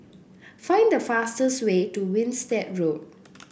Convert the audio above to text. find the fastest way to Winstedt Road